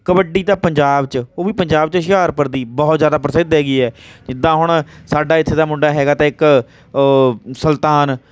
ਕਬੱਡੀ ਤਾਂ ਪੰਜਾਬ 'ਚ ਉਹ ਵੀ ਪੰਜਾਬ 'ਚ ਹੁਸ਼ਿਆਰਪੁਰ ਦੀ ਬਹੁਤ ਜ਼ਿਆਦਾ ਪ੍ਰਸਿੱਧ ਹੈਗੀ ਹੈ ਜਿੱਦਾਂ ਹੁਣ ਸਾਡਾ ਇੱਥੇ ਦਾ ਮੁੰਡਾ ਹੈਗਾ ਤਾਂ ਇੱਕ ਸੁਲਤਾਨ